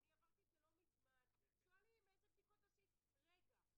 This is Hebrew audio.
עדיין על הבדיקות יש השלכות שליליות אם בן אדם נמצא בטעות חיובי.